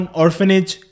orphanage